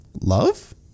love